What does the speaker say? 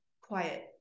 quiet